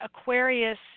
Aquarius